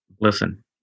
Listen